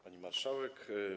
Pani Marszałek!